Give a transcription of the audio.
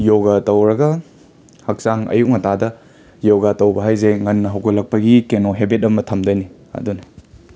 ꯌꯣꯒꯥ ꯇꯧꯔꯒ ꯍꯛꯆꯥꯡ ꯑꯌꯨꯛ ꯉꯟꯇꯥꯗ ꯌꯣꯒꯥ ꯇꯧꯕ ꯍꯥꯏꯖꯦ ꯉꯟꯅ ꯍꯧꯒꯠꯂꯛꯄꯒꯤ ꯀꯩꯅꯣ ꯍꯦꯕꯤꯠ ꯑꯃ ꯊꯝꯗꯣꯏꯅꯤ ꯑꯗꯨꯅꯤ